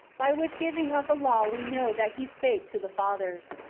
by which giving of the law we know that he spake to the fathers.